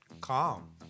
calm